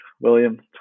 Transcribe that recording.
william